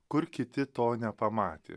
kur kiti to nepamatė